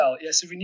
yes